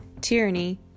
Tyranny